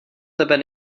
tebe